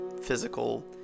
physical